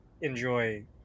enjoy